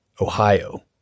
Ohio